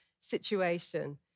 situation